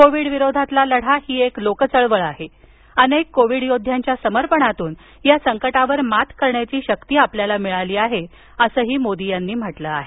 Covid विरोधातला लढा ही एक लोकचळवळ आहे अनेक कोविड योद्ध्यांच्या समर्पणातून या संकटावर मात करण्याची शक्ती आपल्याला मिळाली आहे असं मोदी यांनी म्हटलं आहे